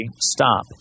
stop